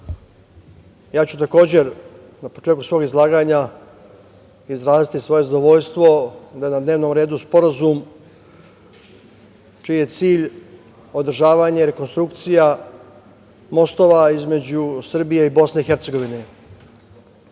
ja ću takođe na početku svog izlaganja izraziti svoje zadovoljstvo da je na dnevnom redu sporazum čiji je cilj održavanje i rekonstrukcija mostova između Srbije i Bosne i Hercegovine. To